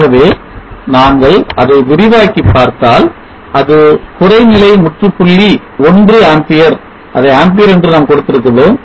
ஆகவே நீங்கள் அதை விரிவாக்கி பார்த்தால் இது குறைநிலை முற்றுப்புள்ளி ஒன்று ஆம்பியர் அதை ஆம்பியர் என்று நாம் கொடுத்திருந்தோம்